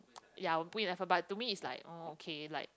ya I will put in the effort but to me it's like oh okay like